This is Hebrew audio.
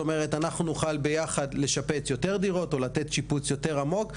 אנחנו נוכל ביחד לשפץ יותר דירות או לתת שיפוץ יותר עמוק.